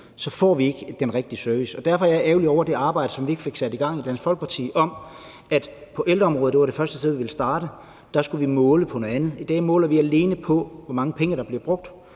så får vi ikke den rigtige service. Derfor er jeg ærgerlig over det arbejde, som vi ikke fik sat i gang i Dansk Folkeparti, med, at på ældreområdet – det var det første sted, vi ville starte – skulle vi måle på noget andet. I dag måler vi alene på, hvor mange penge der bliver brugt.